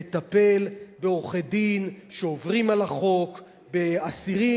לטפל בעורכי-דין שעוברים על החוק ובאסירים